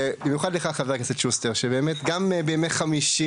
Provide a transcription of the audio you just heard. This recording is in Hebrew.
במיוחד לך, חבר הכנסת שוסטר, שבאמת גם בימי חמישי